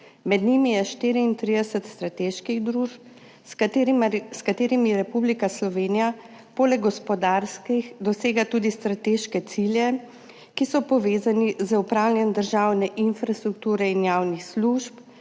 Med njimi je 34 strateških družb, s katerimi Republika Slovenija poleg gospodarskih dosega tudi strateške cilje, ki so povezani z upravljanjem državne infrastrukture in javnih služb,